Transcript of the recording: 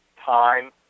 time